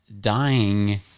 dying